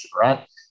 right